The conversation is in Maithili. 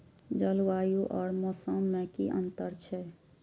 जलवायु और मौसम में कि अंतर छै?